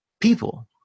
people